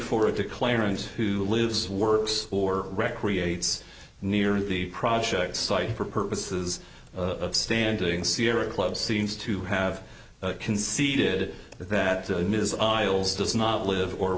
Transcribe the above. forward to clarence who lives works or recreates near the project site for purposes of standing sierra club seems to have conceded that ms isles does not live or